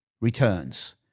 returns